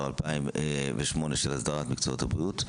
כבר חקיקה ב-2008 של הסדרת מקצועות הבריאות.